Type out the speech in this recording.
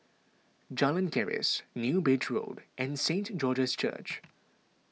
Jalan Keris New Bridge Road and Saint George's Church